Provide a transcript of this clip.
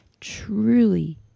Truly